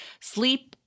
Sleep